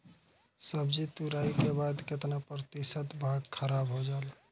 सब्जी तुराई के बाद केतना प्रतिशत भाग खराब हो जाला?